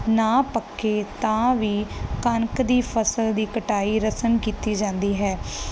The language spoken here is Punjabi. ਨਾ ਪੱਕੇ ਤਾਂ ਵੀ ਕਣਕ ਦੀ ਫਸਲ ਦੀ ਕਟਾਈ ਰਸਮ ਕੀਤੀ ਜਾਂਦੀ ਹੈ